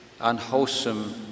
unwholesome